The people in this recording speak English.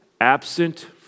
Absent